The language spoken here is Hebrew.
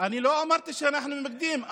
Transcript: אני לא אמרתי שאנחנו מתנגדים.